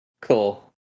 cool